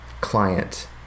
client